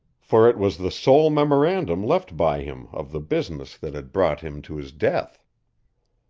for it was the sole memorandum left by him of the business that had brought him to his death.